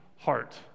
heart